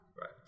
Right